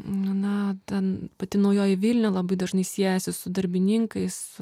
na ten pati naujoji vilnia labai dažnai siejasi su darbininkais